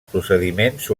procediments